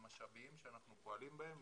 משאביים שאנחנו פועלים בהם,